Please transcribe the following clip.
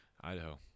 Idaho